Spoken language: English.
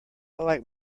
like